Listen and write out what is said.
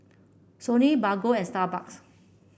Sony Bargo and Starbucks